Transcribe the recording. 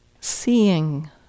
seeing